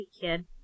kid